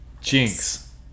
Jinx